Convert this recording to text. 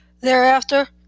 Thereafter